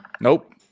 Nope